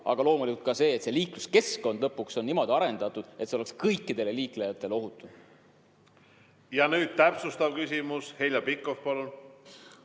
aga loomulikult ka see, et liikluskeskkond oleks lõpuks niimoodi arendatud, et see oleks kõikidele liiklejatele ohutu. Nüüd täpsustav küsimus. Heljo Pikhof, palun!